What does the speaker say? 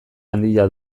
handia